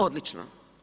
Odlično.